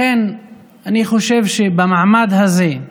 לכן אני חושב שבמעמד הזה,